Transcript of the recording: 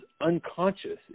unconscious